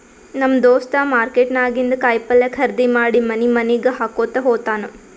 ನಮ್ ದೋಸ್ತ ಮಾರ್ಕೆಟ್ ನಾಗಿಂದ್ ಕಾಯಿ ಪಲ್ಯ ಖರ್ದಿ ಮಾಡಿ ಮನಿ ಮನಿಗ್ ಹಾಕೊತ್ತ ಹೋತ್ತಾನ್